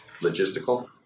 logistical